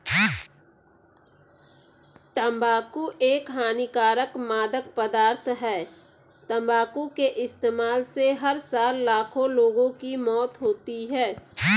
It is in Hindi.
तंबाकू एक हानिकारक मादक पदार्थ है, तंबाकू के इस्तेमाल से हर साल लाखों लोगों की मौत होती है